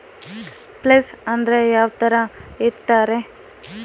Place ಅಂದ್ರೆ ಯಾವ್ತರ ಇರ್ತಾರೆ?